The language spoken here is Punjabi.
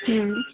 ਹੂੰ